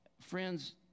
Friends